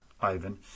Ivan